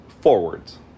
forwards